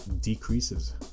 decreases